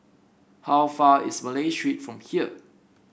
how far is Malay Street from here